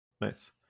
Nice